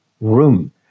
room